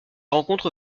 rencontre